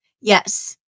yes